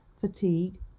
fatigue